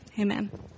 amen